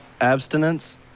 Abstinence